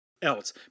Else